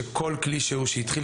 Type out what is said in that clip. שכל כלי שהוא שהתחיל